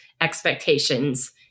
expectations